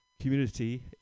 community